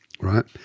right